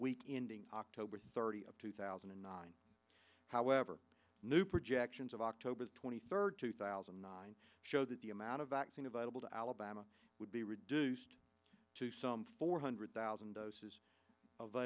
week ending october thirtieth two thousand and nine however new projections of october twenty third two thousand and nine showed that the amount of vaccine available to alabama would be reduced to some four hundred thousand doses